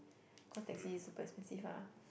cause taxi is super expensive ah